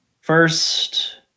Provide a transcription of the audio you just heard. First